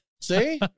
See